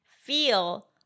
feel